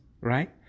right